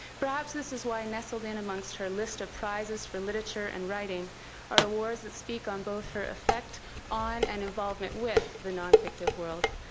perhaps this is why nestled in amongst her list of prizes for literature and writing are awards that speak on both her affect on and involvement with the nonfictive world,